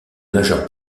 majeure